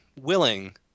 willing